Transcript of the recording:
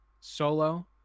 Solo